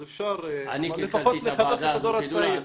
אז אפשר לפחות לחנך את הדור הצעיר.